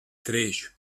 três